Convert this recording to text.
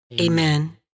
Amen